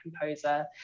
composer